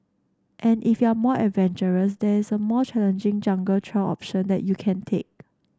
and if you're more adventurous there's a more challenging jungle trail option that you can take